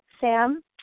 Sam